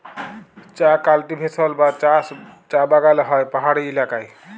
চাঁ কাল্টিভেশল বা চাষ চাঁ বাগালে হ্যয় পাহাড়ি ইলাকায়